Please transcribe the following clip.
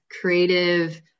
creative